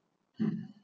um